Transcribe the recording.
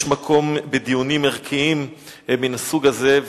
יש מקום בדיונים ערכיים מן הסוג הזה,